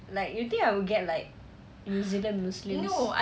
like you think I would get like new zealand muslims